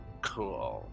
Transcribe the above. Cool